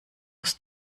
aus